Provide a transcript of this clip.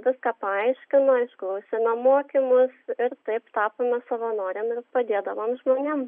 viską paaiškino išklausėme mokymus ir taip tapome savanorėmis padėdavom žmonėm